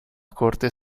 corte